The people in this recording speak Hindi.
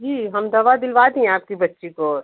जी हम दवा दिलवा दिए हैं आपकी बच्ची को